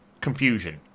confusion